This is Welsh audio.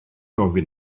ofyn